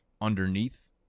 underneath